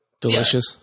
delicious